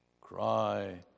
Cry